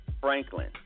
Franklin